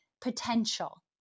potential